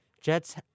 Jets